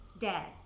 Dad